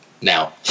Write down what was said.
now